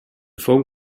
phone